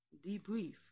Debrief